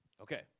Okay